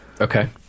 Okay